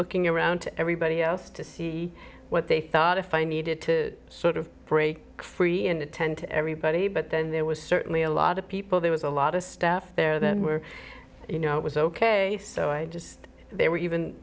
looking around to everybody else to see what they thought if i needed to sort of break free and attend to everybody but then there was certainly a lot of people there was a lot of staff there that were you know it was ok so i just they were even